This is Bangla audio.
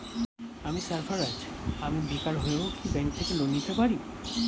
আমি সার্ফারাজ, আমি বেকার হয়েও কি ব্যঙ্ক থেকে লোন নিতে পারি?